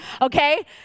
okay